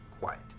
quiet